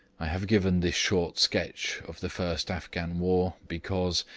i have given this short sketch of the first afghan war because,